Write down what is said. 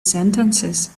sentences